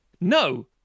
No